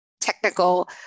technical